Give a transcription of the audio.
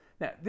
Now